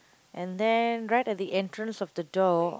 and then right at the entrance of the door